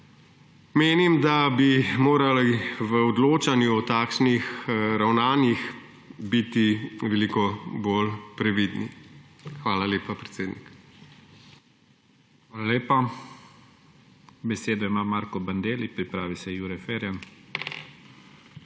Menim, da bi morali v odločanju o takšnih ravnanjih biti veliko bolj previdni. Hvala lepa, predsednik. PREDSEDNIK IGOR ZORČIČ: Hvala lepa. Besedo ima Marko Bandelli, pripravi se Jure Ferjan.